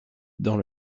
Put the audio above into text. dans